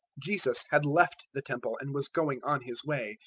jesus had left the temple and was going on his way,